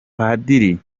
padiri